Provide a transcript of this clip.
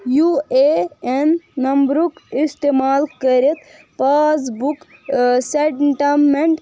U A N نمبرُک استعمال کٔرِتھ پاس بُک ٲں سٹیٹمیٚنٛٹ